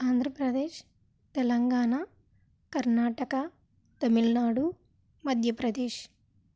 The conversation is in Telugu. ఆంధ్రప్రదేశ్ తెలంగాణ కర్నాటక తమిళనాడు మధ్యప్రదేశ్